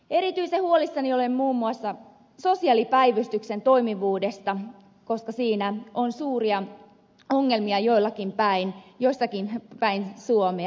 erityisen huolissani olen muun muassa sosiaalipäivystyksen toimivuudesta koska siinä on suuria ongelmia jossakin päin suomea